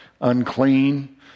unclean